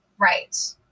Right